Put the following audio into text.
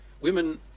women